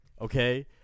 Okay